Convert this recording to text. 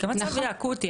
כי המצב יהיה אקוטי,